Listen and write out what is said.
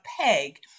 peg